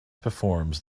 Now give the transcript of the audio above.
performs